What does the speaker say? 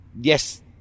Yes